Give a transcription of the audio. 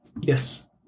Yes